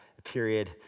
period